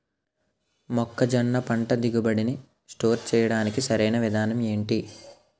మొక్కజొన్న పంట దిగుబడి నీ స్టోర్ చేయడానికి సరియైన విధానం ఎంటి?